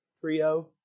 trio